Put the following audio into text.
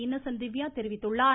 Innocent Divya தெரிவித்துள்ளார்